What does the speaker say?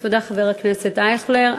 תודה, חבר הכנסת אייכלר.